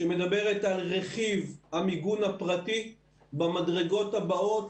שמדברת על רכיב המיגון הפרטי במדרגות הבאות: